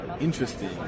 interesting